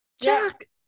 Jack